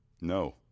No